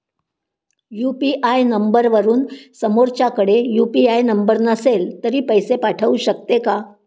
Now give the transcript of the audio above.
UPI नंबरवरून समोरच्याकडे UPI number नसेल तरी पैसे पाठवू शकते का?